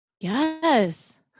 Yes